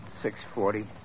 six-forty